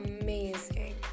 amazing